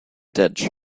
ditch